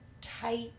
tight